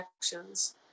actions